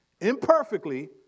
imperfectly